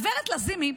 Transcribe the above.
גב' לזימי,